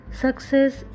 success